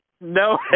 No